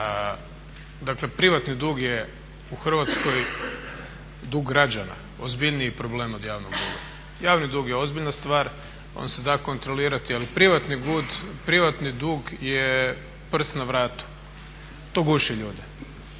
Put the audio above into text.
Dakle privatni dug u Hrvatskoj je dug građana ozbiljniji problem od javnog duga. Javni dug je ozbiljna stvar, on se da kontrolirati, ali privatni dug je prst na vratu, to guši ljude